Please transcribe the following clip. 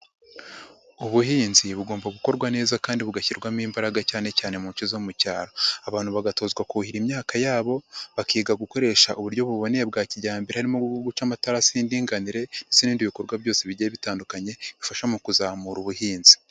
Ubuhinzi bugomba gukorwa neza kandi bugashyirwamo imbaraga cyane cyane mu nshe zo mu cyaro abantu bagatozwa kuhira imyaka yabo, bakiga gukoresha uburyo buboneye bwa kijyambere harimo guca amatarasi y'indinganire n'ibindi bikorwa byose bigiye bitandukanye bifasha mu kuzamura ubuhinzi.